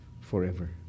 forever